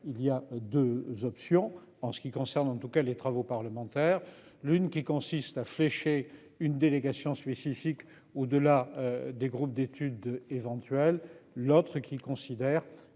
il y a 2 options en ce qui concerne en tout cas les travaux parlementaires, l'une qui consiste à flécher une délégation suisse Icic. Au delà des groupes d'études éventuelle l'autre qui considère